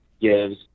gives